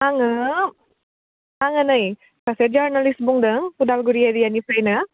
आङो आङो नै सासे जारनालिस्ट बुंदों उदालगुरि एरियानिफ्रायनो